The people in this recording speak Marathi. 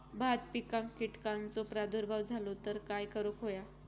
भात पिकांक कीटकांचो प्रादुर्भाव झालो तर काय करूक होया?